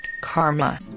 karma